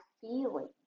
feeling